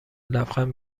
لبخند